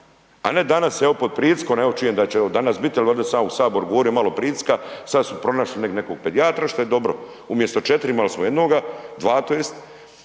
a ne danas evo pod pritiskom, evo čujem da će evo danas biti, al valjda sam ja u HS govorio, malo pritiska, sad su pronašli negdje nekog pedijatra, što je dobro, umjesto 4 imali smo jednoga, dva tj.,